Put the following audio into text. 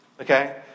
Okay